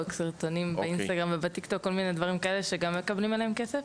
סרטונים ב- Instagram וב- Tik-Tok שגם מקבלים עליהם כסף.